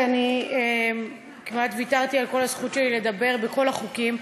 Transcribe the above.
כי אני כמעט ויתרתי על כל הזכות שלי לדבר בכל החוקים.